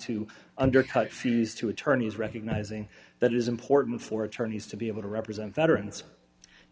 to undercut fees to attorneys recognizing that is important for attorneys to be able to represent veterans